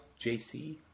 JC